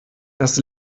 das